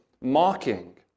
mocking